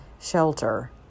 shelter